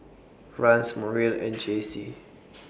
Rance Muriel and Jacey